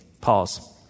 Pause